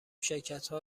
شرکتها